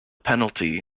penalty